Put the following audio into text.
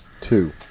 Two